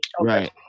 Right